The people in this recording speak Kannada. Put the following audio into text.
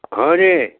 ಹ್ಞೂ ರೀ